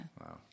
Wow